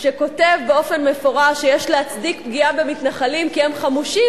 שכותב באופן מפורש שיש להצדיק פגיעה במתנחלים כי הם חמושים,